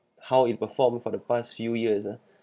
how it performed for the past few years ah